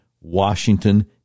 Washington